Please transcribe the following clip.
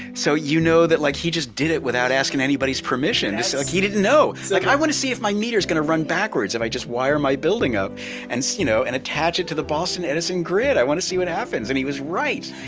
so you know that like he just did it without asking anybody's permission. so like he didn't know. like, i want to see if my meter is going to run backwards if i just wire my building up and you know and attach it to the boston edison grid. i want to see what happens. and he was right.